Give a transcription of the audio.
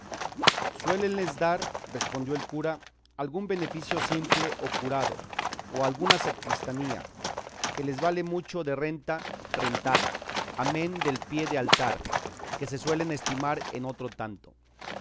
escuderos suélenles dar respondió el cura algún beneficio simple o curado o alguna sacristanía que les vale mucho de renta rentada amén del pie de altar que se suele estimar en otro tanto